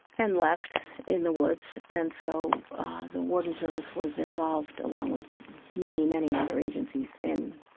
and left in the woods. and so the warden service was involved, along with many, many other agencies, in